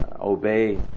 obey